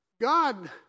God